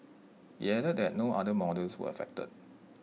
IT added that no other models were affected